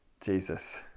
Jesus